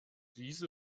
diese